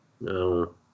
No